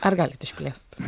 ar galit išplėst